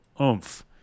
oomph